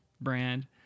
brand